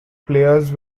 players